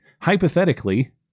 hypothetically